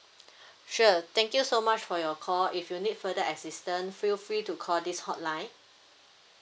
sure thank you so much for your call if you need further assistant feel free to call this hotline